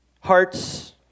hearts